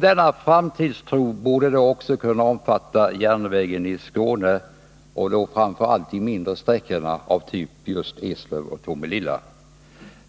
Denna framtidstro borde då också kunna omfatta järnvägen i Skåne och då framför allt de mindre sträckorna av typen Eslöv-Tomelilla.